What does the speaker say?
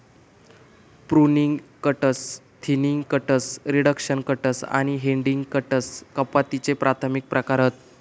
pruning cuts, thinning cuts, reduction cuts आणि heading cuts कपातीचे प्राथमिक प्रकार हत